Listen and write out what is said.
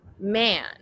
man